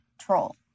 troll